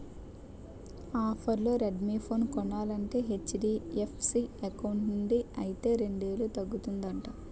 ఆఫర్లో Redmi phone కొనాలంటే HDFC account నుండి అయితే రెండేలు తగ్గుతుందట